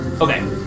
Okay